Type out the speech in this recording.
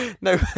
No